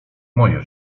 moje